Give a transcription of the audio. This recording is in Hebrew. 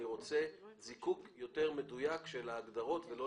אני רוצה זיקוק יותר מדויק של ההגדרות ולא